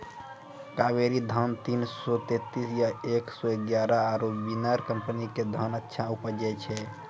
कावेरी धान तीन सौ तेंतीस या एक सौ एगारह आरु बिनर कम्पनी के धान अच्छा उपजै छै?